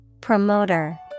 Promoter